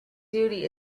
duty